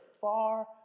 far